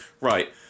right